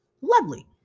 Lovely